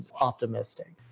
optimistic